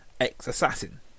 ex-assassin